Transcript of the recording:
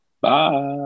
bye